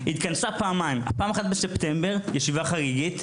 התכנסה פעמיים פעם אחת בספטמבר ישיבה חגיגית,